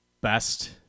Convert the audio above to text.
best